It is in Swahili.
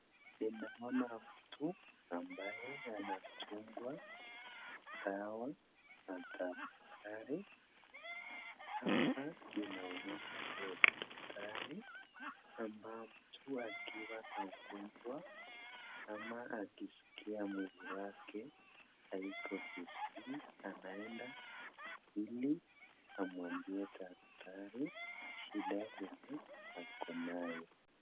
Ninaona mtu ambaye anadungwa dawa na daktari. Hapa inaonyesha ni hospitali. Ambapo mtu akiwa na ugonjwa ama akiskia mwili wake haiko vizuri anaenda ili amwambie daktari shida yenye akonayo.